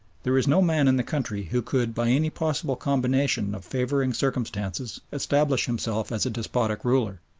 there is no man in the country who could by any possible combination of favouring circumstances establish himself as a despotic ruler.